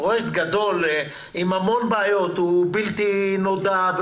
גדול עם המון בעיות יש בו בלתי נודע,